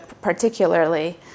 particularly